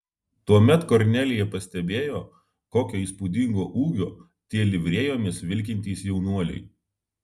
tuomet kornelija pastebėjo kokio įspūdingo ūgio tie livrėjomis vilkintys jaunuoliai